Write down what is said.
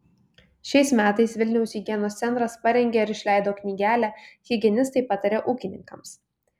šiais metais vilniaus higienos centras parengė ir išleido knygelę higienistai pataria ūkininkams